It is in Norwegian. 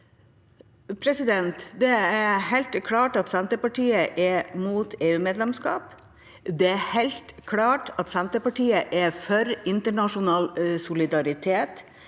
Det er helt klart at Senterpartiet er imot EU-medlemskap. Det er helt klart at Senterpartiet er for internasjonal solidaritet.